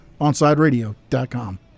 OnSideRadio.com